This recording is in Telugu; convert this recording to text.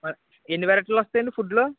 ఎన్ని వెరైటీలొస్తాయండి ఫుడ్లో